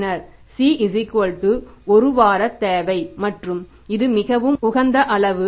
பின்னர் C 1 வார தேவை மற்றும் இது மிகவும் உகந்த அளவு